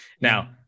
Now